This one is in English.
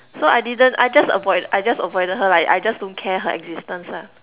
so I didn't I just avoid I just avoided her lah I just don't care her existence ah